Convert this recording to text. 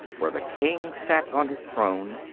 where the king sat on his throne,